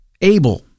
able